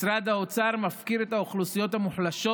משרד האוצר מפקיר את האוכלוסיות המוחלשות